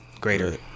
greater